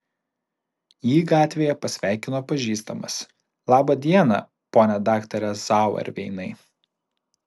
jį gatvėje pasveikino pažįstamas labą dieną pone daktare zauerveinai